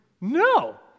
no